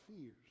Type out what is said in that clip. fears